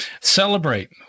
celebrate